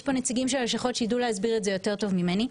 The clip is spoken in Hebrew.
יש פה נציגים של הלשכות שיידעו להסביר את זה יותר טוב ממני,